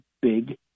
big